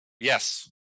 Yes